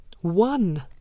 One